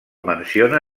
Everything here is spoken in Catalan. menciona